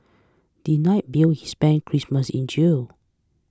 denied bail he spent Christmas in jail